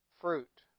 fruit